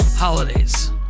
holidays